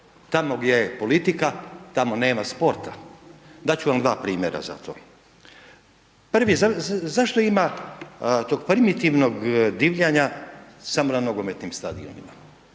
tamo gdje je politika, tamo nema sporta, dat ću vam dva primjera za to. Prvi, zašto ima tog primitivnog divljanja samo na nogometnim stadionima?